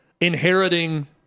Inheriting